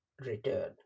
return